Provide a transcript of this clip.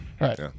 right